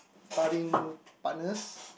partying partners